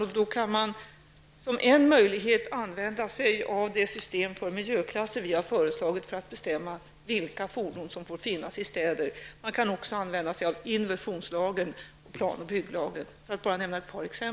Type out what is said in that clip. En möjlighet är att använda sig av det system för miljöklasser som regeringen har föreslagit för att bestämma vilka fordon som får finnas i städer. Det går också att använda sig av inversionslagen och plan och bygglagen.